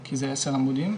כבר יש מכון הקרנות בצפת,